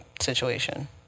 situation